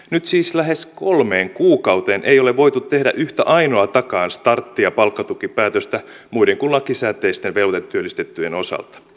nyt siis lähes kolmeen kuukauteen ei ole voitu tehdä yhtä ainoatakaan startti ja palkkatukipäätöstä muiden kuin lakisääteisten velvoitetyöllistettyjen osalta